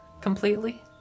completely